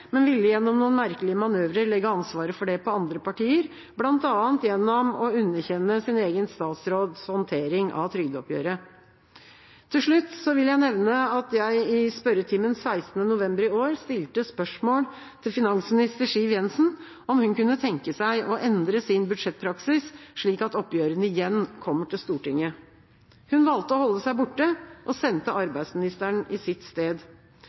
men gjennom noen merkelige manøvrer legge ansvaret for det på andre partier, bl.a. gjennom å underkjenne sin egen statsråds håndtering av trygdeoppgjøret. Til slutt vil jeg nevne at jeg i spørretimen 16. november i år stilte spørsmål til finansminister Siv Jensen om hun kunne tenke seg å endre sin budsjettpraksis, slik at oppgjørene igjen kommer til Stortinget. Hun valgte å holde seg borte og sendte arbeidsministeren i sitt sted.